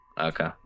Okay